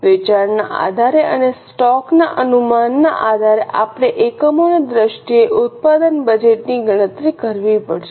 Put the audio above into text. વેચાણના આધારે અને સ્ટોક ના અનુમાનના આધારે આપણે એકમોની દ્રષ્ટિએ ઉત્પાદન બજેટની ગણતરી કરવી પડશે